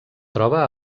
troba